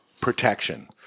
protection